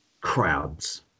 crowds